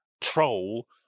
troll